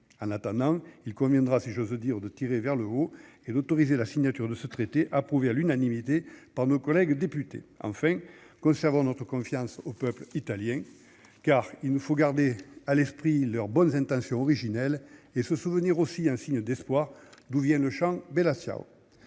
en attendant il conviendra, si j'ose dire, de tirer vers le haut et d'autoriser la signature de ce traité, approuvé à l'unanimité par nos collègues députés enfin concernant notre confiance au peuple italien car il nous faut garder à l'esprit leurs bonnes intentions originelles et se souvenir aussi un signe d'espoir, d'où vient le champ Bellaciao